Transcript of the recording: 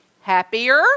Happier